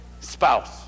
spouse